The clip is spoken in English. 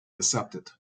accepted